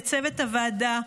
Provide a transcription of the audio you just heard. לצוות הוועדה,